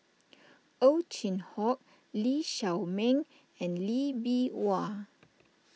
Ow Chin Hock Lee Shao Meng and Lee Bee Wah